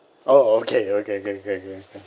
orh okay okay okay okay okay